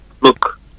look